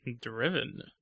Driven